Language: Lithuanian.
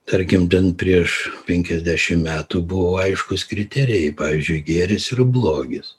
tarkim ten prieš penkiasdešim metų buvo aiškūs kriterijai pavyzdžiui gėris ir blogis